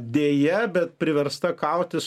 deja bet priversta kautis